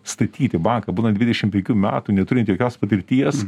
statyti banką būnant dvidešim penkių metų neturint jokios patirties